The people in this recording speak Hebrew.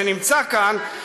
שנמצא כאן,